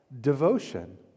Devotion